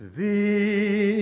Thee